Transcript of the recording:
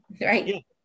right